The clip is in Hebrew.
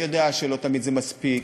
אני יודע שלא תמיד זה מספיק,